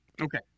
Okay